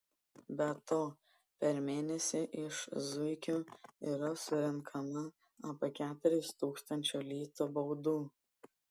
be to per mėnesį iš zuikių yra surenkama apie keturis tūkstančių litų baudų